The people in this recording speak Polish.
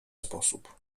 sposób